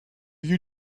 you